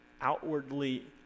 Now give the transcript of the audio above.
outwardly